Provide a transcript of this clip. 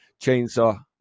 chainsaw